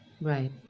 Right